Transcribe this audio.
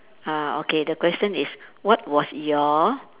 uh okay the question is what was your